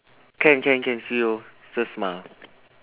can can can see you just smile